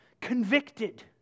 convicted